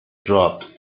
dropped